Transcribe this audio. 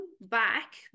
back